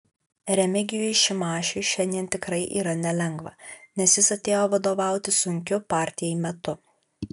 remigijui šimašiui šiandien tikrai yra nelengva nes jis atėjo vadovauti sunkiu partijai metu